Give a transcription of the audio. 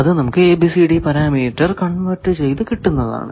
അത് നമുക്ക് ABCD parameter convert ചെയ്തു കിട്ടുന്നതാണ്